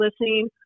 listening